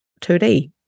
2D